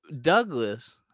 Douglas –